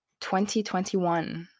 2021